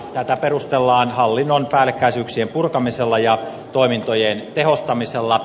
tätä perustellaan hallinnon päällekkäisyyksien purkamisella ja toimin tojen tehostamisella